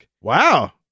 Wow